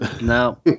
No